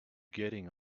getting